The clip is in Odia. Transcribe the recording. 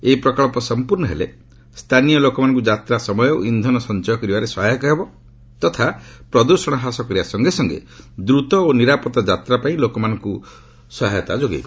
ଏହି ପ୍ରକଳ୍ପ ସମ୍ପୂର୍ଣ୍ଣ ହେଲେ ସ୍ଥାନୀୟ ଲୋକମାନଙ୍କୁ ଯାତ୍ରା ସମୟ ଓ ଇନ୍ଧନ ସଞ୍ଚୟ କରିବାରେ ସହାୟକ ହେବ ତଥା ପ୍ରଦୂଷଣ ହ୍ରାସ କରିବା ସଙ୍ଗେ ସଙ୍ଗେ ଦୂତ ଓ ନିରାପତ୍ତା ଯାତ୍ରା ପାଇଁ ଲୋକମାନଙ୍କୁ ସହାୟକ ହୋଇପାରିବ